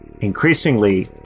increasingly